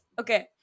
okay